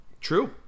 true